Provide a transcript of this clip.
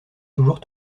toujours